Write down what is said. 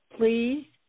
please